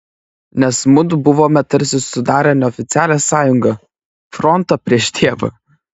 nes mudu buvome tarsi sudarę neoficialią sąjungą frontą prieš tėvą